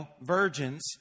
virgins